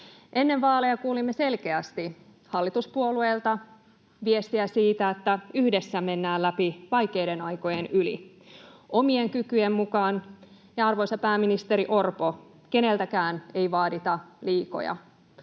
Ennen vaaleja kuulimme selkeästi hallituspuolueilta viestiä siitä, että yhdessä mennään vaikeiden aikojen yli omien kykyjen mukaan ja, arvoisa pääministeri Orpo, keneltäkään ei vaadita liikoja.